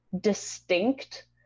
distinct